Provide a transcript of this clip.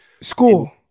School